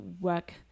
work